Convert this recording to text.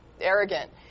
arrogant